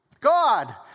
God